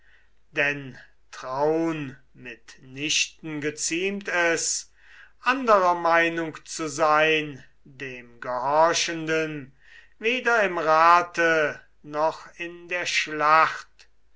denn traun mit nichten geziemt es anderer meinung zu sein dem gehorchenden weder im rate noch in der schlacht